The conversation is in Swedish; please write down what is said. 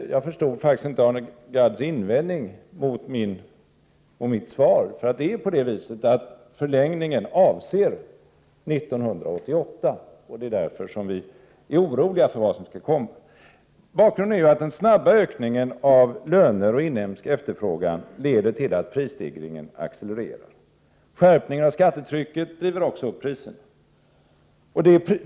Jag förstod faktiskt inte Arne Gadds invändning mot mitt svar. Det är på det sättet att förlängningen avser 1988, och det är därför som vi är oroliga för vad som då skall komma. Bakgrunden är ju att den snabba ökningen av löner och inhemsk efterfrågan leder till att prisstegringen accelererar. Skärpningen av skattetrycket driver också upp priserna.